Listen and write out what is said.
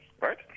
right